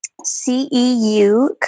CEU